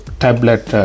tablet